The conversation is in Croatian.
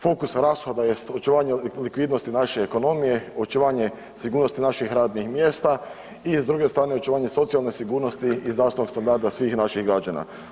Fokus rashoda jest očuvanje likvidnosti naše ekonomije, očuvanje sigurnosti naših radnih mjesta i, s druge strane, očuvanje socijalne sigurnosti i zdravstvenog standarda svih naših građana.